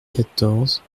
quatorze